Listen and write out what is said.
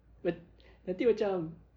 but nanti macam